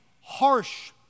harsh